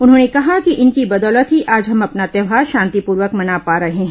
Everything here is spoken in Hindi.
उन्होंने कहा कि इनकी बदौलत ही आज हम अपना त्यौहार शांतिप्र्वक मना पा रहे हैं